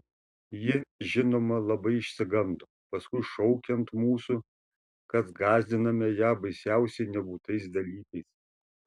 ji žinoma labai išsigando paskui šaukė ant mūsų kad gąsdiname ją baisiausiai nebūtais dalykais